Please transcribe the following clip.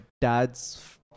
dad's